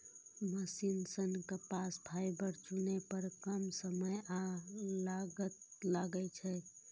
machine सं कपास fibre चुनै पर कम समय आ लागत लागै छै